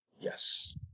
Yes